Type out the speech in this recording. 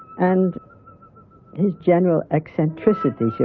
and his general eccentricity,